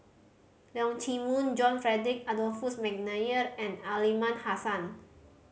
Leong Chee Mun John Frederick Adolphus McNair and Aliman Hassan